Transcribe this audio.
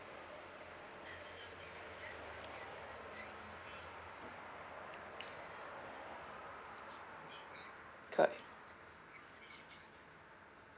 correct